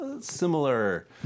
similar